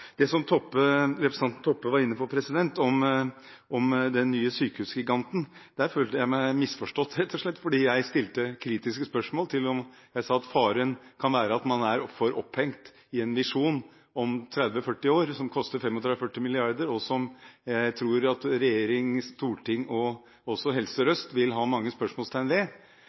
som representanten Toppe var inne på om den nye sykehusgiganten, føler jeg meg misforstått, rett og slett. For jeg stilte kritiske spørsmål – jeg sa at faren kan være at man er for opphengt i en visjon om 30–40 år, som koster 35–40 mrd. kr, og som jeg tror at regjering, storting og også Helse Sør-Øst vil sette mange spørsmålstegn ved.